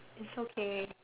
it's okay